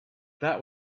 that